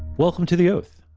welcome to the oath.